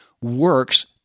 works